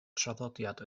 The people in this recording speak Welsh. traddodiad